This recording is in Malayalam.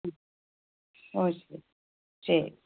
ഓ ശരി ശരി